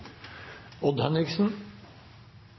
Odd Henriksen,